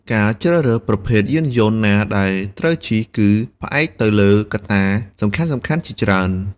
ការជ្រើសរើសប្រភេទយានយន្តណាដែលត្រូវជិះគឺផ្អែកទៅលើកត្តាសំខាន់ៗជាច្រើន។